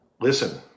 listen